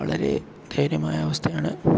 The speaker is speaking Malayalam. വളരെ ദയനീയമായ അവസ്ഥയാണ്